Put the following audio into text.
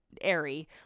airy